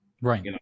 Right